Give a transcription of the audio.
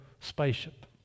spaceship